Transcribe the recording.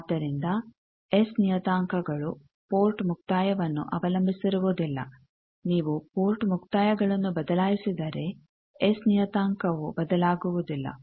ಆದ್ದರಿಂದ ಎಸ್ ನಿಯತಾಂಕಗಳು ಪೋರ್ಟ್ ಮುಕ್ತಾಯವನ್ನು ಅವಲಂಬಿಸಿರುವುದಿಲ್ಲ ನೀವು ಪೋರ್ಟ್ ಮುಕ್ತಾಯಗಳನ್ನು ಬದಲಾಯಿಸಿದರೆ ಎಸ್ ನಿಯತಾಂಕವು ಬದಲಾಗುವುದಿಲ್ಲ